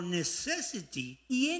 necessity